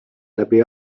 läbi